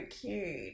cute